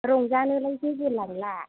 रंजानोलाय जेबो लांला